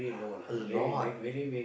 a lot